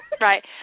Right